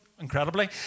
incredibly